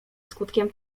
skutkiem